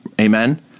Amen